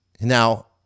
Now